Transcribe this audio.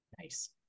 Nice